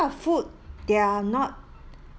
food there are not